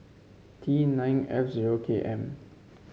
T nine F zero K M